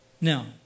Now